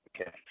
Okay